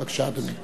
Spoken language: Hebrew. בבקשה, אדוני.